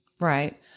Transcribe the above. right